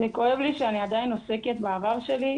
כואב לי שאני עדיין עוסקת בעבר שלי,